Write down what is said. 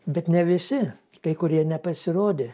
bet ne visi kurie nepasirodė